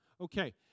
Okay